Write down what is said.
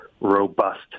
robust